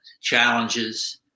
challenges